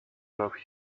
love